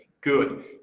Good